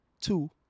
two